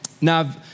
Now